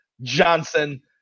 johnson